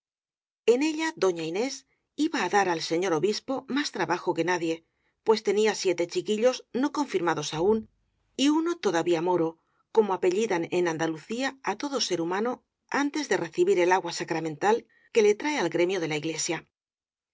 en ella doña inés iba á dar al señor obispo más trabajo que nadie pues tenía siete chiquillos no confirmados aún y uno todavía moro como apellidan en andalucía á todo ser humano antes de recibir el agua sacra mental que le trae al gremio de la iglesia